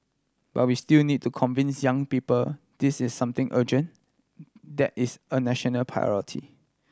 but we still need to convince young people this is something urgent that is a national priority